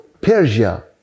Persia